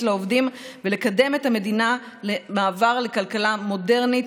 לעובדים ולקדם את המדינה למעבר לכלכלה מודרנית,